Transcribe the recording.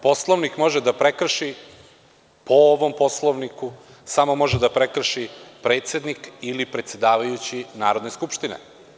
Poslovnik može da prekrši po ovom Poslovniku samo može da prekrši predsednik ili predsedavajući Narodne skupštine.